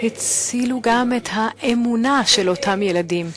הצילו גם את האמונה של אותם ילדים.